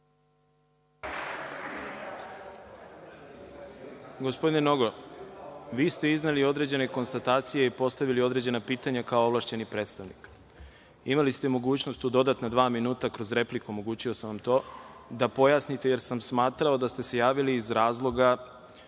Gospodine Nogo, vi ste izneli određene konstatacije i postavili određena pitanja kao ovlašćeni predstavnik. Imali ste mogućnost u dodatna dva minuta kroz repliku, omogućio sam vam to, da pojasnite jer sam smatrao da ste se javili iz razloga